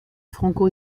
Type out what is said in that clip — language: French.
franco